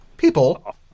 People